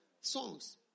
songs